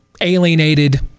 alienated